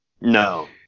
No